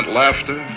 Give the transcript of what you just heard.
laughter